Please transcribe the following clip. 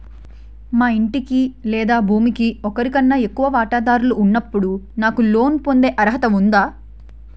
మా ఇంటికి లేదా భూమికి ఒకరికన్నా ఎక్కువ వాటాదారులు ఉన్నప్పుడు నాకు లోన్ పొందే అర్హత ఉందా?